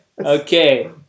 Okay